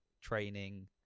training